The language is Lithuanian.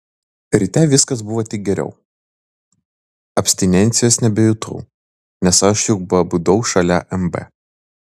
ryte viskas buvo tik geriau abstinencijos nebejutau nes aš juk pabudau šalia mb